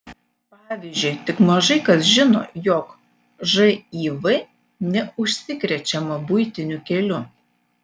pavyzdžiui tik mažai kas žino jog živ neužsikrečiama buitiniu keliu